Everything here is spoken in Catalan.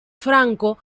franco